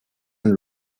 and